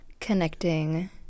connecting